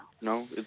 No